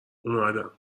دعا